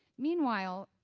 meanwhile,